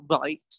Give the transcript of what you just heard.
right